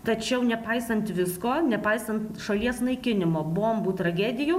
tačiau nepaisant visko nepaisant šalies naikinimo bombų tragedijų